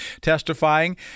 testifying